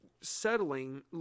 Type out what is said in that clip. settling